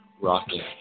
rocking